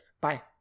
Bye